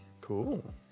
Cool